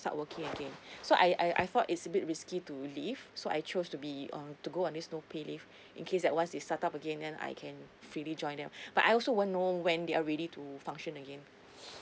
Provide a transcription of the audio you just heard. start working again so I I I thought it's a bit risky to leave so I chose to be uh to go on this no pay leave in case that once they start up again then I can freely join them but I also won't know when they are ready to function again